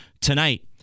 tonight